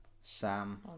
Sam